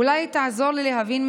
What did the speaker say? אולי תעזור לי להבין,